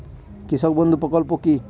কৃষক বন্ধু প্রকল্প কি?